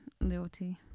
loyalty